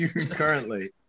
Currently